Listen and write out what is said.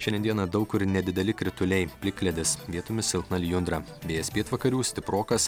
šiandien dieną daug kur nedideli krituliai plikledis vietomis silpna lijundra vėjas pietvakarių stiprokas